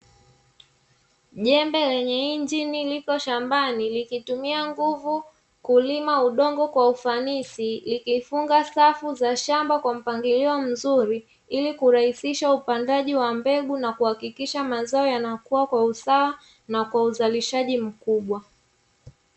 Jembe lenye injini liko shambani likitumia nguvu kulima udongo kwa ufanisi likifunga safu za shamba kwa mpangilio mzuri, ili kurahisisha upandaji wa mbegu na kuhakikisha mazao yanakuwa kwa usawa na kwa uzalishaji mkubwa.